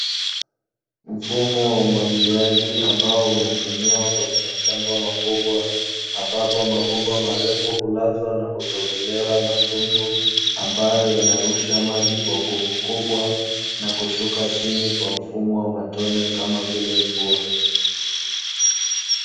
Mfumo wa umwagiliaji ambao unatumiwa kwenye mashamba makubwa ambapo mabomba marefu hulazwa na kutobolewa matundu ambayo yanarusha maji kwa nguvu kubwa na kushuka chini kwa mfumo wa matone kama vile mvua.